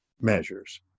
measures